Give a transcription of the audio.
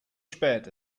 spät